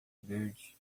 verde